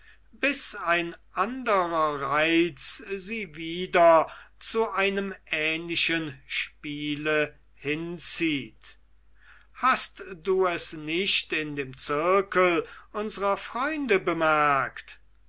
bis ein anderer reiz sie wieder zu einem ähnlichen spiele hinzieht hast du es nicht in dem zirkel unserer freunde bemerkt